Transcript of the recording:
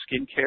skincare